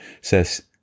says